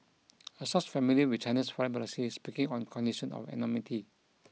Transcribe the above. a source familiar with China's foreign policy is speaking on condition of anonymity